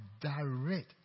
direct